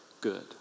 good